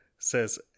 says